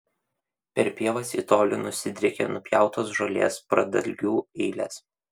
per pievas į tolį nusidriekė nupjautos žolės pradalgių eilės